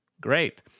Great